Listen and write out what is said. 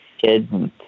kids